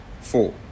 four